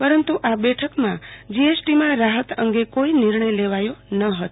પરંતુ આ બેઠકમાં જીએસટીમાં રાહત અંગે કોઈજ નિર્ણય લેવાયો ન હતો